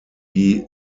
die